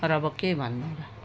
तर अब के भन्नु र